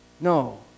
No